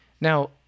Now